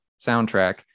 soundtrack